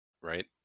right